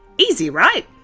easy right?